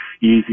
easy